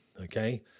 okay